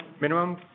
minimum